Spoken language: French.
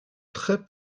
très